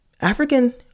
African